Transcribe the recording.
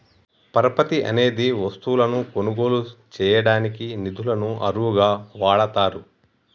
పరపతి అనేది వస్తువులను కొనుగోలు చేయడానికి నిధులను అరువుగా వాడతారు